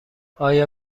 آیا